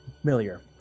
familiar